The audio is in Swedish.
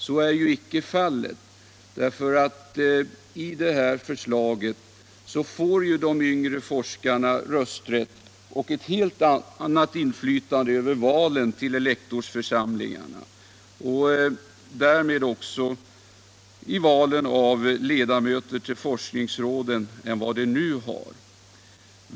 Så är ju icke fallet, för enligt förslaget får de yngre forskarna rösträtt och ett helt annat inflytande över valen till elektorsförsamlingarna och därmed Nr 134 också över valen av ledamöter till forskningsråden än vad de nu har.